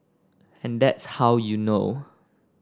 and that's how you know